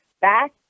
back